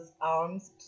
arms